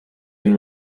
been